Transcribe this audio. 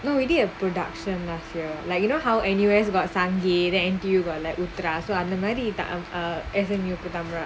nobody of production last year like you know how N_U_S about sanjay then N_T_U got like with wrath lah the mighty dan avenue for them right